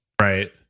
Right